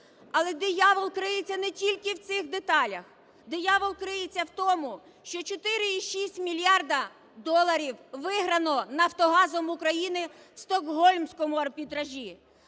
Але диявол криється не тільки в цих деталях, диявол криється в тому, що 4,6 мільярда доларів виграно "Нафтогазом України" у Стокгольмському арбітражі,